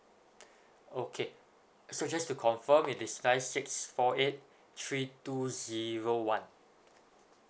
okay so just to confirm it is nine six four eight three two zero one